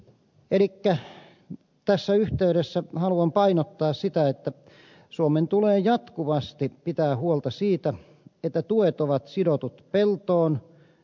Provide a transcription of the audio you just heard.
elikkä tässä yhteydessä haluan painottaa sitä että suomen tulee jatkuvasti pitää huolta siitä että tuet ovat sidotut peltoon